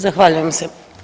Zahvaljujem se.